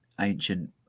ancient